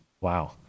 Wow